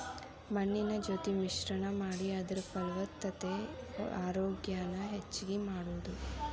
ಮಣ್ಣಿನ ಜೊತಿ ಮಿಶ್ರಣಾ ಮಾಡಿ ಅದರ ಫಲವತ್ತತೆ ಆರೋಗ್ಯಾನ ಹೆಚಗಿ ಮಾಡುದು